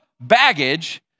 baggage